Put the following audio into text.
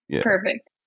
Perfect